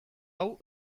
hau